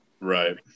Right